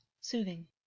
soothing